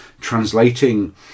translating